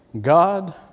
God